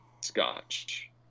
Scotch